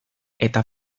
eta